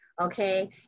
okay